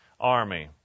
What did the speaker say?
army